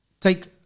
take